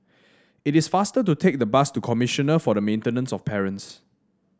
it is faster to take the bus to Commissioner for the Maintenance of Parents